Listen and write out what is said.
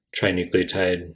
trinucleotide